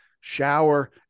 shower